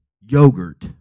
Yogurt